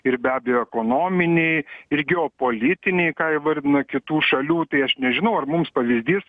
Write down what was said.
ir be abejo ekonominiai ir geopolitiniai ką įvardino kitų šalių tai aš nežinau ar mums pavyzdys